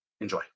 Enjoy